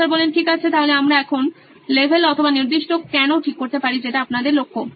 professor ঠিক আছে তাহলে আমরা এখন স্তর অথবা নির্দিষ্ট কেনো ঠিক করতে পারি যেটা আপনাদের লক্ষ্য